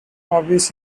hobbies